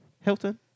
Hilton